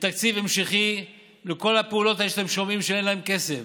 בתקציב המשכי לכל הפעולות שאתם שומעים שאין להן כסף,